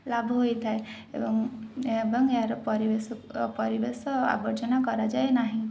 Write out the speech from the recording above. ଲାଭ ହୋଇଥାଏ ଏବଂ ଏବଂ ଏହାର ପରିବେଶ ପରିବେଶ ଆବର୍ଜନା କରାଯାଏ ନାହିଁ